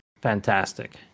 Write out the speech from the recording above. fantastic